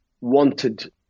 wanted